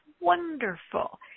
wonderful